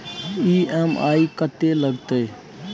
EMI कत्ते लगतै?